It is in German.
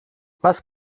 was